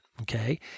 Okay